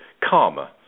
karma